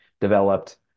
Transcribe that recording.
developed